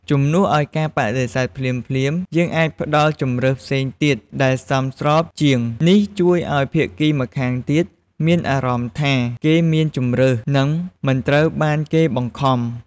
ជំនួសឲ្យការបដិសេធភ្លាមៗ យើងអាចផ្តល់ជម្រើសផ្សេងទៀតដែលសមស្របជាង នេះជួយឲ្យភាគីម្ខាងទៀតមានអារម្មណ៍ថាគេមានជម្រើស និងមិនត្រូវបានគេបង្ខំ។